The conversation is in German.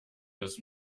ist